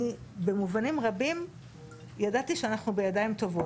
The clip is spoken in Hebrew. אני במובנים רבים ידעתי שאנחנו בידיים טובות.